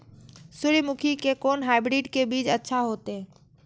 सूर्यमुखी के कोन हाइब्रिड के बीज अच्छा होते?